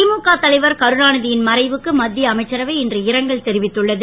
திமுக தலைவர் கருணாநிதியின் மறைவுக்கு மத்திய அமைச்சரவை இன்று இரங்கல் தெரிவித்துள்ளது